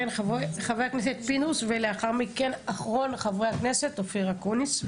חבר הכנסת פינדרוס ולאחר מכן חבר הכנסת אופיר אקוניס.